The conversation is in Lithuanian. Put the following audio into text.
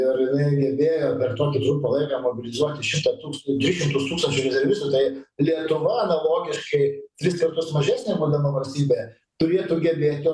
ir jinai gebėjo per tokį trumpą laiką mobilizuoti šimtą tūkst tris šimtus tūkstančių rezervistų tai lietuva analogiškai tris kartus mažesnė būdama valstybė turėtų gebėti